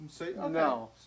no